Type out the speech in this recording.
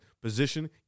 position